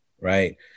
right